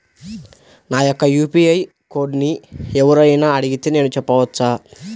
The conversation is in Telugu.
నా యొక్క యూ.పీ.ఐ కోడ్ని ఎవరు అయినా అడిగితే నేను చెప్పవచ్చా?